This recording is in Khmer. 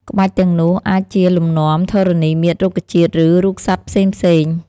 ក្បាច់ទាំងនោះអាចជា លំនាំធរណីមាត្រ រុក្ខជាតិ ឬរូបសត្វផ្សេងៗ។